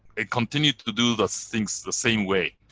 ah continue to do the things the same way.